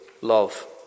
love